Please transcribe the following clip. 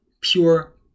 pure